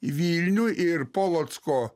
į vilnių ir polocko